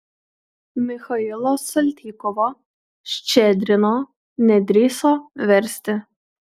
michailo saltykovo ščedrino nedrįso versti